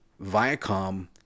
Viacom